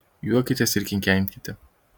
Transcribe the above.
juokitės ir kikenkite